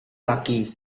laki